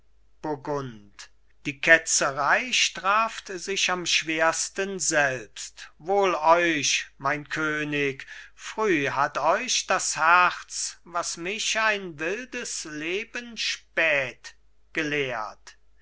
die ketzerei straft sich am schwersten selbst wohl euch mein könig früh hat euch das herz was mich ein wildes leben spät gelehrt